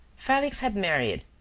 felix had married,